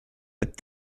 but